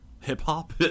hip-hop